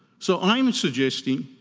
so i'm suggesting